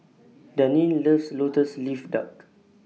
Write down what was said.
Daneen loves Lotus Leaf Duck